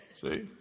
See